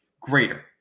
greater